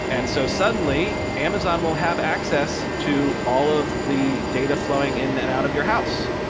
and so suddenly, amazon will have access to all of the data flowing in and out of your house.